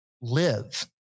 live